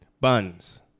Buns